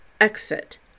exit